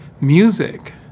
music